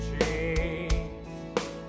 chains